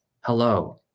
hello